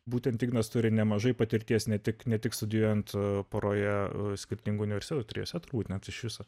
būtent ignas turi nemažai patirties ne tik ne tik studijuojant poroje skirtingų universitetų trijuose turbūt net iš viso